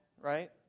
right